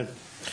כן.